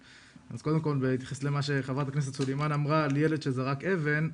אז קודם כל בהתייחס למה שחברת הכנסת סולימאן אמרה על ילד שזרק אבן,